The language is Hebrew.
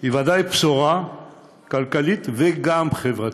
היא בוודאי בשורה כלכלית, וגם חברתית.